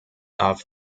off